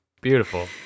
beautiful